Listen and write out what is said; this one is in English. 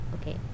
Okay